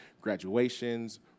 graduations